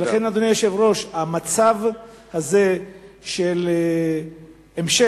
לכן, אדוני היושב-ראש, המצב הזה של המשך